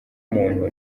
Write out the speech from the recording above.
muntu